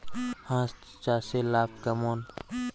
হাঁস চাষে লাভ কেমন?